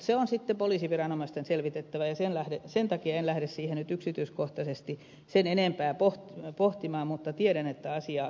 se on sitten poliisiviranomaisten selvitettävä ja sen takia en lähde sitä nyt yksityiskohtaisesti sen enempää pohtimaan mutta tiedän että asiaa selvitetään